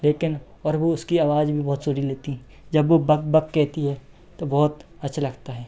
लेकिन और वो उसकी आवाज भी बहुत सुरीली होती जब वो बक बक कहती है तो बहुत अच्छा लगता है